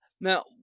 now